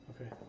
Okay